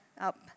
up